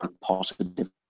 positive